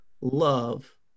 love